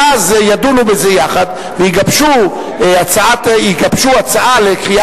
ואז ידונו בזה יחד ויגבשו הצעה לקריאה